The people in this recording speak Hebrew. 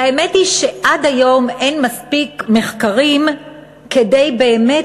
והאמת היא שעד היום אין מספיק מחקרים כדי באמת